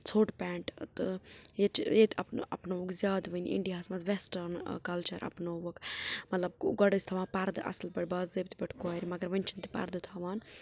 ژھوٚٹ پیٚنٹ تہٕ ییٚتہِ چھِ ییٚتہِ اپنووُکھ زیادٕ وۄنۍ اِنڈیا ہس منٛز ویسٹٲرٕنۍ کلچر اپنووُکھ مطلب گۄڈٕ ٲسۍ تھَوان پردٕ اَصٕل پٲٹھۍ باضٲبطہٕ پٲٹھۍ کورٕ مگر وۄنۍ چھنہٕ تِم پردٕ تھوان